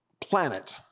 planet